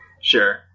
Sure